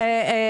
אנא רשום את זה.